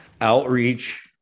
Outreach